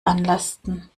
anlasten